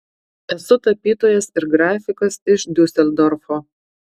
esu tapytojas ir grafikas iš diuseldorfo